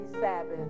Sabbath